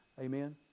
Amen